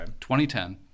2010